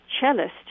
cellist